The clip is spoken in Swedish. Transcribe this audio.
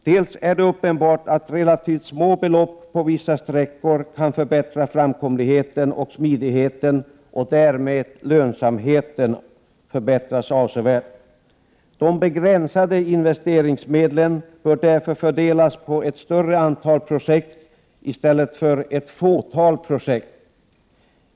Det är bl.a. uppenbart att relativt små belopp på vissa sträckor kan förbättra framkomligheten och smidigheten, och därmed förbättras lönsamheten avsevärt. De begränsade investeringsmedlen bör därför fördelas på ett större antal projekt i stället för på ett fåtal projekt.